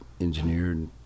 engineered